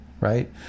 right